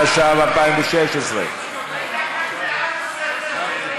התשע"ו 2016. רבותי,